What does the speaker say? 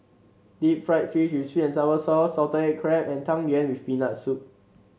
Deep Fried Fish with sweet and sour sauce Salted Egg Crab and Tang Yuen with Peanut Soup